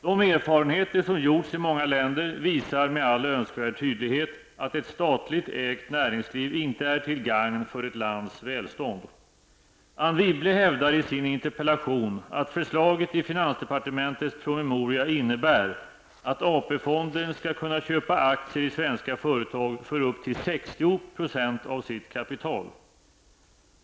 De erfarenheter som gjorts i många länder visar med all önskvärd tydlighet att ett statligt ägt näringsliv inte är till gagn för ett lands välstånd. Anne Wibble hävdar i sin interpellation att förslaget i finansdepartementets promemoria innebär att AP-fonden skall kunna köpa aktier i svenska företag för upp till 60 % av sitt kapital.